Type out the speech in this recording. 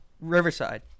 Riverside